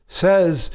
says